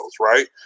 right